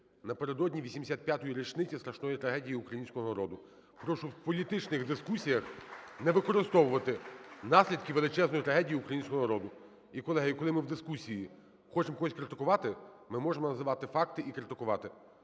напередодні 85-ї річниці страшної трагедії українського народу. Прошу в політичних дискусіях не використовувати наслідки величезної трагедії українського народу. І, колеги, коли ми в дискусії хочемо когось критикувати, ми можемо називати факти і критикувати.